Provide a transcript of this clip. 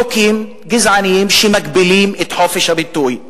חוקים גזעניים שמגבילים את חופש הביטוי.